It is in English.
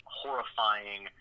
horrifying